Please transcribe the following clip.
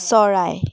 চৰাই